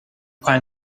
find